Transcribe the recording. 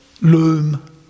loom